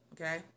okay